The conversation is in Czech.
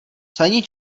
psaní